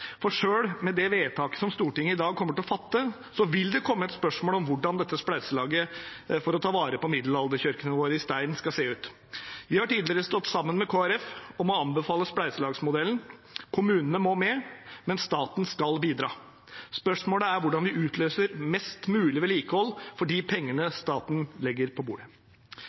For selv med det vedtaket som Stortinget i dag kommer til å fatte, vil det komme et spørsmål om hvordan dette spleiselaget for å ta vare på middelalderkirkene våre i stein skal se ut. Vi har tidligere stått sammen med Kristelig Folkeparti om å anbefale spleiselagsmodellen – kommunene må med, men staten skal bidra. Spørsmålet er hvordan vi utløser mest mulig vedlikehold for de pengene staten legger på bordet.